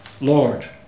Lord